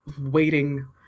waiting